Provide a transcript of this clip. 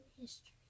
history